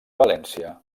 valència